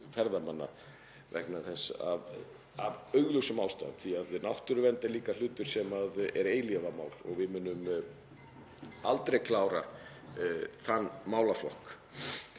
ferðamanna af augljósum ástæðum, því að náttúruvernd er líka hlutur sem er eilífðarmál og við munum aldrei klára þann málaflokk.